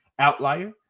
Outlier